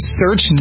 search